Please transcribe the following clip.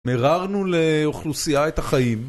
מררנו לאוכלוסייה את החיים